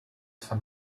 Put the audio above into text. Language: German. von